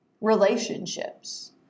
relationships